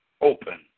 Open